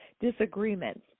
disagreements